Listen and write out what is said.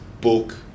book